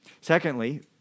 Secondly